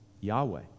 Yahweh